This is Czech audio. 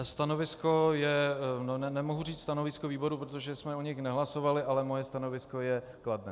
Stanovisko je nemohu říct stanovisko výboru, protože jsme o nich nehlasovali, ale moje stanovisko je kladné.